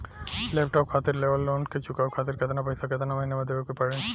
Laptop खातिर लेवल loan के चुकावे खातिर केतना पैसा केतना महिना मे देवे के पड़ी?